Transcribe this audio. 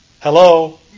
Hello